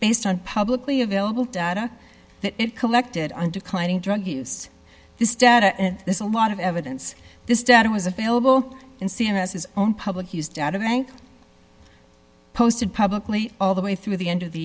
based on publicly available data that it collected on declining drug use this data and there's a lot of evidence this data was available and seen as his own public use doubt and i posted publicly all the way through the end of the